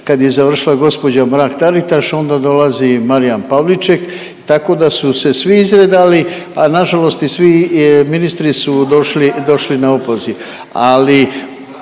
Kad je završila gđa. Mrak-Taritaš, onda dolazi Marijan Pavliček, tako da su se svi izredali, a nažalost i svi ministri su došli na opoziv.